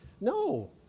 No